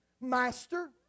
Master